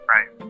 Right